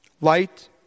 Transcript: Light